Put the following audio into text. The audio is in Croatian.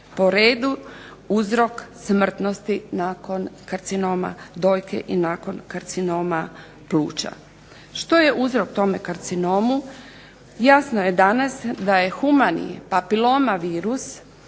po redu uzrok smrtnosti nakon karcinoma dojke i nakon karcinoma pluća. Što je uzrok tome karcinomu? Jasno je danas da je humani papiloma virus